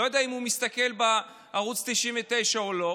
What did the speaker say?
אני לא יודע אם הוא מסתכל בערוץ 99 או לא,